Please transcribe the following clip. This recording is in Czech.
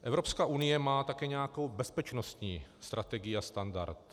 Evropská unie má také nějakou bezpečnostní strategii a standard.